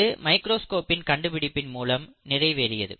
அது மைக்ரோஸ்கோப் இன் கண்டுபிடிப்பின் மூலம் நிறைவேறியது